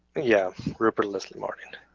yeah, rupert leslie martin.